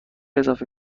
اضافه